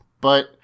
but-